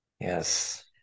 yes